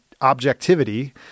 Objectivity